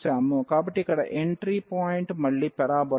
కాబట్టి ఇక్కడ entry point మళ్లీ పరబోలా